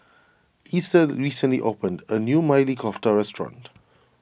Easter recently opened a new Maili Kofta restaurant